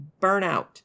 burnout